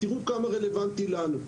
תראו כמה זה רלוונטי לנו.